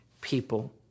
people